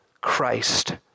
Christ